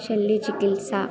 शल्यचिकित्सा